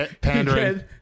Pandering